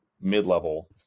mid-level